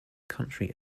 country